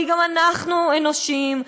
כי גם אנחנו אנושיים,